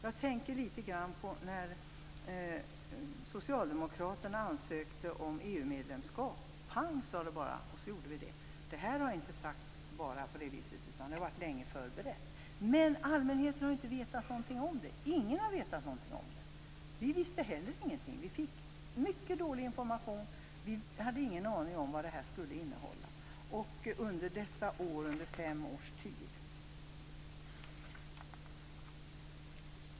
Jag tänker på den situation då socialdemokraterna ansökte om EU-medlemskap. Pang, och så gjorde vi det. Det här gick intet till på det viset, det är längre förberett. Men allmänheten har inte fått veta någonting om detta, ingen. Vi visste inte heller någonting. Vi fick mycket dålig information. Vi hade under dessa år fem års tid ingen aning om vad det här skulle innehålla!